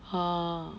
ha